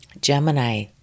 Gemini